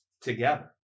Together